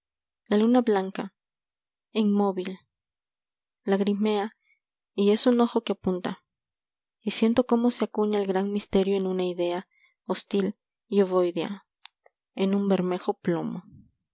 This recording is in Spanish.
la luna blanca inmóvil lagrimea y es un ojo que apunta y siento cómo se acuña el gran misterio en una idea hostil y ovoidea en un bermejo plomo